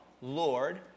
Lord